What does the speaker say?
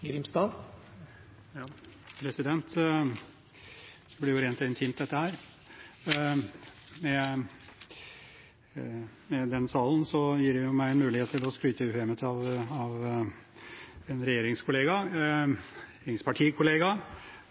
Det blir jo rent intimt, dette – denne salen gir meg en mulighet til å skryte uhemmet av en regjeringspartikollega